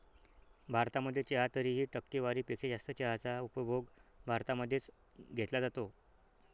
भारतामध्ये चहा तरीही, टक्केवारी पेक्षा जास्त चहाचा उपभोग भारतामध्ये च घेतला जातो